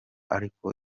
ariko